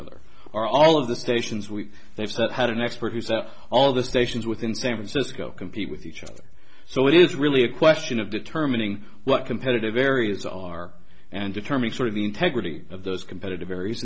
other are all of the stations we had an expert who said all the stations within san francisco compete with each other so it is really a question of determining what competitive areas are and determine sort of the integrity of those competitive ar